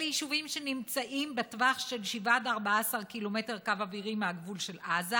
אלה יישובים שנמצאים בטווח של 7 עד 14 ק"מ קו אווירי מהגבול של עזה,